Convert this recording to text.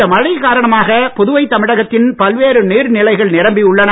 இந்த மழை காரணமாக புதுவை தமிழகத்தின் பல்வேறு நீர்நிலைகள் நிரம்பியுள்ளன